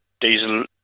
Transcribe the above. diesel-